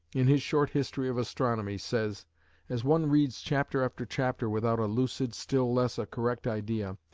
in his short history of astronomy, says as one reads chapter after chapter without a lucid, still less a correct idea,